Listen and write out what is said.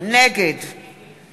נגד